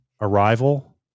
Arrival